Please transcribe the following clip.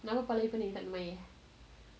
kenapa kepala you pening tak minum air eh